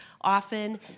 Often